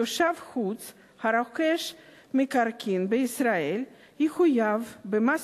תושב חוץ הרוכש מקרקעין בישראל יחויב במס